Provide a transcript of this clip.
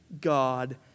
God